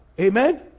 Amen